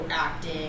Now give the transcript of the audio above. acting